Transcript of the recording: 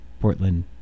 Portland